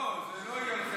לא, זה לא יהיה על חשבונך.